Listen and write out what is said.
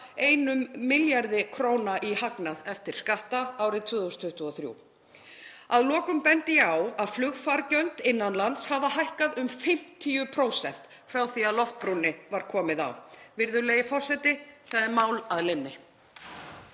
2,1 milljarði kr. í hagnað eftir skatta árið 2023. Að lokum bendi ég á að flugfargjöld innan lands hafa hækkað um 50% frá því að Loftbrúnni var komið á. Virðulegi forseti. Það er mál að linni.